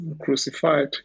Crucified